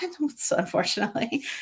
unfortunately